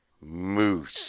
Moose